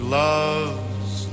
love's